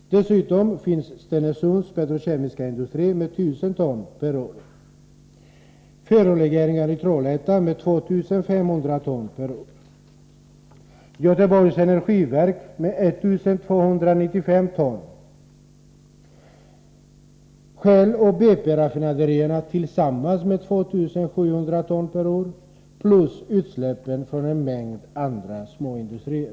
Stenungsunds petrokemiska industri släpper ut 1 000 ton per år. Ferrolegeringar i Trollhättan bidrar med 2 500 ton per år och Göteborgs energiverk med 1 295 ton. Shelloch BP-raffinaderierna släpper tillsammans ut 2 700 ton per år. Vidare tillkommer utsläpp från en mängd småindustrier.